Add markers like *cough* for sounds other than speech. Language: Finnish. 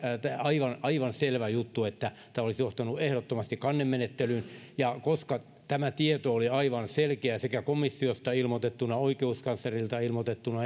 aivan aivan selvä juttu että tämä olisi johtanut ehdottomasti kannemenettelyyn koska tämä tieto oli aivan selkeä sekä komissiosta ilmoitettuna oikeuskanslerilta ilmoitettuna *unintelligible*